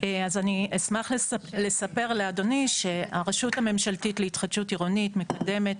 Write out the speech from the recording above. אז אני אשמח לספר לאדוני שהרשות הממשלתית להתחדשות עירונית מקדמת